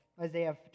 Isaiah